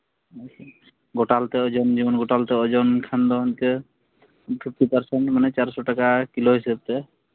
ᱜᱚᱴᱟᱞ ᱛᱮ ᱳᱡᱳᱱ ᱜᱚᱴᱟᱞ ᱛᱮ ᱳᱡᱳᱱ ᱠᱷᱟᱱ ᱫᱚ ᱤᱱᱠᱟᱹ ᱯᱷᱤᱯᱴᱤ ᱯᱟᱨᱥᱮᱱ ᱢᱟᱱᱮ ᱪᱟᱨᱥᱚ ᱴᱟᱠᱟ ᱠᱤᱞᱳ ᱦᱤᱥᱟᱹᱵᱽ ᱛᱮ